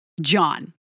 John